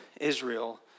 Israel